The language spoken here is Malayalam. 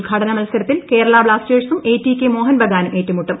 ഉദ്ഘാടന മത്സരത്തിൽ കേരളാ ബ്ലാസ്റ്റേഴ്സും എടികെ മോഹൻ ബഗാനും ഏറ്റുമുട്ടും